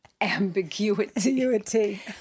ambiguity